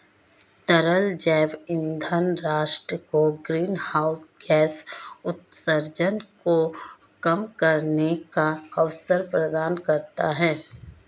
तरल जैव ईंधन राष्ट्र को ग्रीनहाउस गैस उत्सर्जन को कम करने का अवसर प्रदान करता है